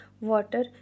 water